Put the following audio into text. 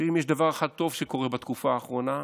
שאם יש דבר אחד טוב שקורה בתקופה האחרונה,